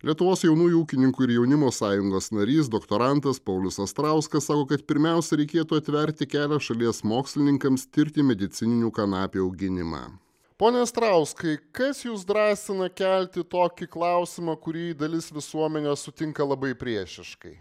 lietuvos jaunųjų ūkininkų ir jaunimo sąjungos narys doktorantas paulius astrauskas sako kad pirmiausia reikėtų atverti kelią šalies mokslininkams tirti medicininių kanapių auginimą pone astrauskai kas jus drąsina kelti tokį klausimą kurį dalis visuomenės sutinka labai priešiškai